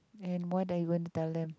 and why that you wouldn't tell them